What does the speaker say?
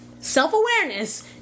self-awareness